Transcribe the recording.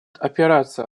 опираться